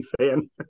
fan